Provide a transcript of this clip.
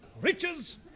riches